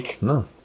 no